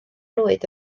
rwyd